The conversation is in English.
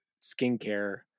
skincare